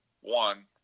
one